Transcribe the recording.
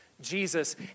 Jesus